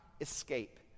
escape